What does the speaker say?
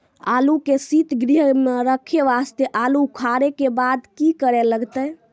आलू के सीतगृह मे रखे वास्ते आलू उखारे के बाद की करे लगतै?